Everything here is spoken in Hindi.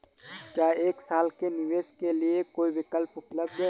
क्या एक साल के निवेश के लिए कोई विकल्प उपलब्ध है?